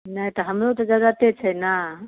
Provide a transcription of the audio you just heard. नहि तऽ हमरो तऽ जरूरते छै ने